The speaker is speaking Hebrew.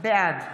בעד